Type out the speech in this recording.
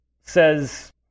says